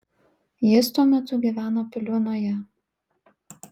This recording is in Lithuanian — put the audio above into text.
jis tuo metu gyveno piliuonoje